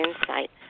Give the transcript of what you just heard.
insight